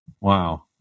Wow